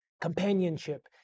companionship